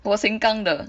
我 Sengkang 的